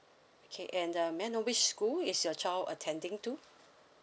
okay and um may I know which school is your child attending to